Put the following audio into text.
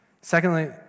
Secondly